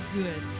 good